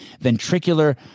ventricular